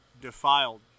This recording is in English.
defiled